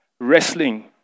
wrestling